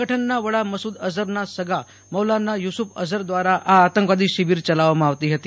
સંગઠનના વડા મસૂદ અઝહરના સગા મૌલાના યુસુફ અઝહર દ્વારા આ આતંકવાદી શિબિર ચલાવવામાં આવતી હતી